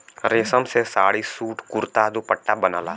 रेशम से साड़ी, सूट, कुरता, दुपट्टा बनला